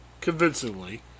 convincingly